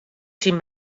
syn